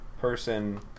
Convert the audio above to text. person